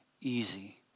easy